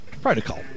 Protocol